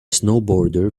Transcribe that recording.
snowboarder